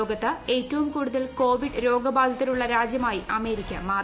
ലോകത്ത് ഏറ്റവും കൂടുതൽ കോവിഡ് രോഗബാധിതരുള്ള രാജ്യമായി അമേരിക്ക മാറി